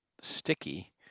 sticky